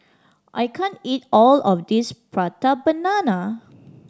I can't eat all of this Prata Banana